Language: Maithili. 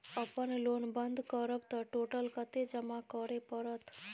अपन लोन बंद करब त टोटल कत्ते जमा करे परत?